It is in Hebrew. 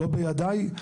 לא בידיי,